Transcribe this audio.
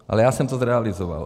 Ale já jsem to zrealizoval.